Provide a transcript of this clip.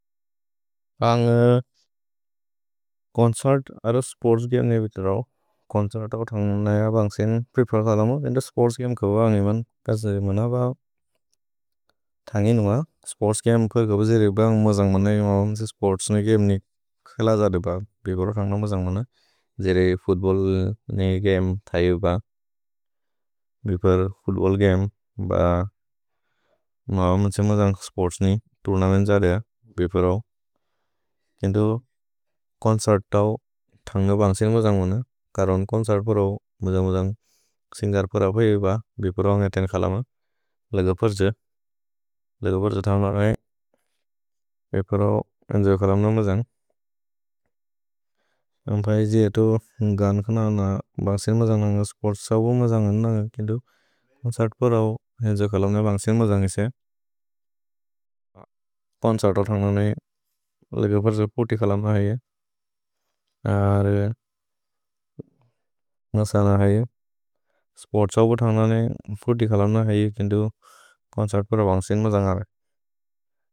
अन्ग् कोन्सर्त् अरो sports game ने वित्रओ। कोन्सर्त् औ थन्ग् नैअ बन्ग्सेने। भिपर् थल म बेन्द स्पोर्त्स् गमे कबुअ अन्गि मन्। कसरि म न ब थन्गि नुअ। स्पोर्त्स् गमे कबु जेरे बन्ग् म जन्ग् मन् न इम अवम् त्से स्पोर्त्स् ने गमे ने खिल जादे ब। भिपर् औ थन्ग् न म जन्ग् मन् न जेरे फुत्बोल् ने गमे थै ब। भिपर् फुत्बोल् गमे ब म अवम् त्से म जन्ग् स्पोर्त्स् ने तुर्नमेन् जादे ब। भिपर् औ। केन्तो कोन्सर्त् औ थन्ग् न बन्ग्सेने म जन्ग् मन् न। करुअन् कोन्सर्त् औ म जन्ग् म जन्ग्। सिन्गर् प रओ भै ब। भिपर् औ न्ग तेन् थल म। लग फर्ज। लग फर्ज थन्ग् न नैअ। भिपर् औ एन्जो खल म न म जन्ग्। अम् फै जि हेतु गान् खन औ न बन्ग्सेने म जन्ग् नन्ग। स्पोर्त्स् सबु म जन्ग् नन्ग। केन्तो कोन्सर्त् औ एन्जो खल म न बन्ग्सेने म जन्ग् इसे। कोन्सर्त् औ थन्ग् न नैअ। लग फर्ज पुति खल म न हैय। मसन है। स्पोर्त्स् सबु थन्ग् न न पुति खल म न हैय। केन्तो कोन्सर्त् प रओ बन्ग्सेने म जन्ग् नन्ग रह है।